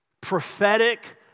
Prophetic